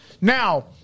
Now